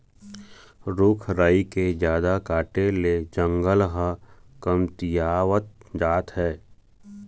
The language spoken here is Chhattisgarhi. रूख राई के जादा काटे ले जंगल ह कमतियावत जात हे